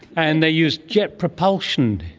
and they use jet propulsion,